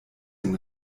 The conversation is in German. den